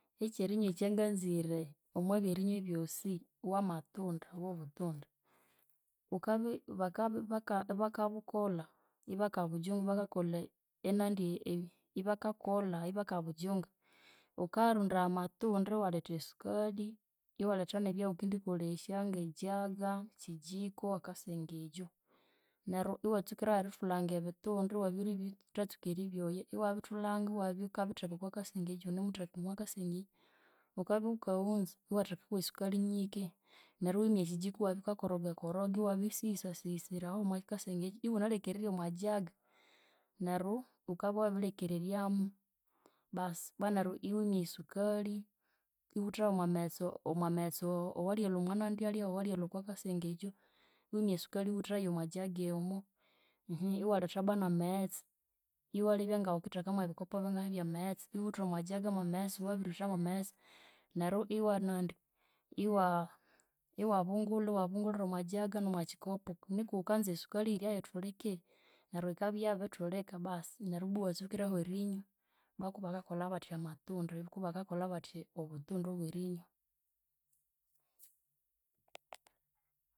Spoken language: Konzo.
Ekyerinywa ekyanganzire omwebyerinya ebyosi wamatunda, byobutunda. Wukabi bakabi bakabukolha ibakabujunga bakakolha ibakakolha ibakabujunga, wukarondaya amatunda, iwaletha esukalhi, iwaletha nebyawukendikolesya ngejaga, ekyijiko, akasengejo. Neryu iwatsukirahu erithulanga ebitunda iwabirithatsuka eribyoya, iwabithulanga iwabya wukabitheka okwakasengejo iwunemutheka okwakasengejo. Wukabya wukawunza iwatheka kwesukalhi nyike neryu iwimya ekyijiko iwabya wukakoroga koroga iwabisighisasighisirahu omwakasengejo iwunalekererye omwajaga. Neryu wukabya wabilekereryamu basi bwa neryu iwimya esukalhi iwutha yomwamaghetse omwamaghete awalyalwa omwanandi alya awalyalwa okwakasengejo. Iwimya esukalhi iwutha yomwajaga omo. Iwaletha bwanamaghetse iwalebya ngawukitheka mwabikopo bingahi byamaghetse iwutha omwajaga mwamaghetse wabiryutha mwamaghetse neryu iwanandi iwa- iwabungulha iwabungulhira omwajaga nomwakyikopo niku wukanza esukalhi yirya yithulike. Neryu yikabya yabirithulika basi neryu ibwa iwatsukirahu erinywa. Bwakubakakolha batya amatunda ikubakakolha batya obuthunda obwerinywa